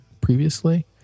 previously